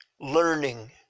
learning